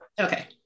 Okay